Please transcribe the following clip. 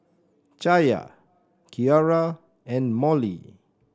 Chaya Kiara and Mollie